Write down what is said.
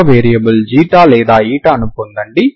ఒక వేరియబుల్ ξ లేదా η ను పొందండి